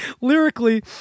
Lyrically